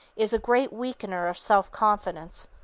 is a great weakener of self-confidence.